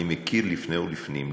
אני מכיר לפני ולפנים,